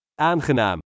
Aangenaam